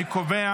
אני קובע